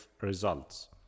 results